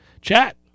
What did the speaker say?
chat